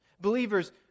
Believers